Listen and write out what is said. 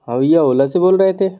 हाँ भैया ओला से बोल रहे थे